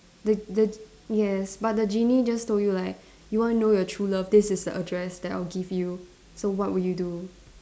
the the yes but the genie just told you like you wanna know your true love this is the address that I'll give you so what will you do